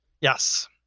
Yes